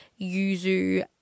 yuzu